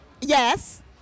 Yes